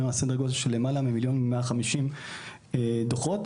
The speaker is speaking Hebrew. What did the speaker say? על סדר גודל של למעלה מ-1.150 מיליון דוחות,